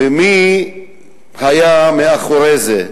ומי היה מאחורי זה,